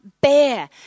bear